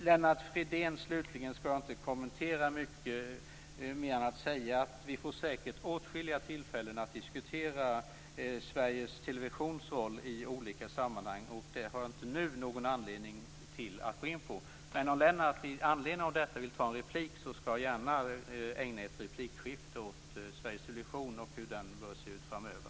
Slutligen ska jag inte kommentera Lennart Fridéns anförande mycket mer än att säga att vi säkert får åtskilliga tillfällen att diskutera Sveriges Televisions roll i olika sammanhang. Jag har inte någon anledning att gå in på det nu. Men om Lennart Fridén vill ta en replik med anledning av detta ska jag gärna ägna ett replikskifte åt hur Sveriges Television bör se ut framöver.